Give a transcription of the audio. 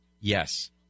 yes